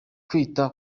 kwita